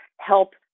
help